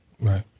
Right